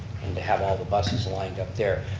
and to have all the buses lined up there,